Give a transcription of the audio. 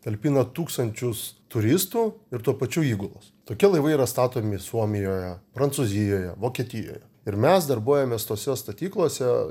talpina tūkstančius turistų ir tuo pačiu įgulos tokie laivai yra statomi suomijoje prancūzijoje vokietijoje ir mes darbuojamės tose statyklose